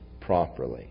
properly